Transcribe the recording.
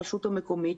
הרשות המקומית,